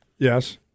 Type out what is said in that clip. Yes